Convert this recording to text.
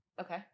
Okay